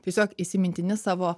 tiesiog įsimintini savo